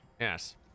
Yes